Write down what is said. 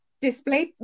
display